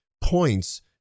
points